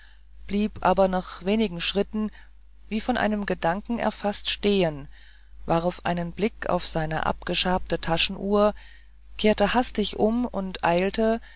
blieb aber nach wenigen schritten wie von einem gedanken erfaßt stehen warf einen blick auf seine abgeschabte taschenuhr kehrte hastig um und eilte